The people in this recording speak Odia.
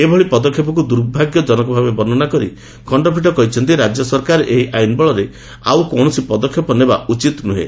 ଏଭଳି ପଦକ୍ଷେପକୁ ଦୁର୍ଭାଗ୍ୟଜନକ ବର୍ଷନା କରି ଖଣ୍ଡପୀଠ କହିଛନ୍ତି ରାଜ୍ୟ ସରକାର ଏହି ଆଇନ୍ ବଳରେ ଆଉ କୌଣସି ପଦକ୍ଷେପ ନେବା ଉଚିତ୍ ନୁର୍ହେ